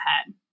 ahead